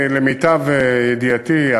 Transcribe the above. למיטב ידיעתי,